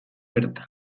bertan